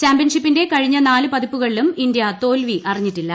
ചാമ്പ്യൻഷിപ്പിന്റെ കഴിഞ്ഞ നാല് പതിപ്പുകളിലും ഇന്ത്യ തോൽവി അറിഞ്ഞിട്ടില്ല